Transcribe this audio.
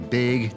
big